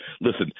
Listen